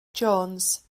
jones